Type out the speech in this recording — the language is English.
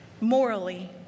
Morally